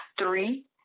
Three